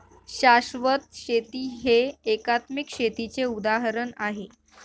शाश्वत शेती हे एकात्मिक शेतीचे उदाहरण आहे